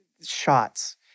shots